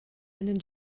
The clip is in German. einen